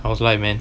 how's life man